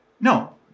No